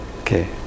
Okay